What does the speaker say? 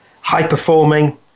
high-performing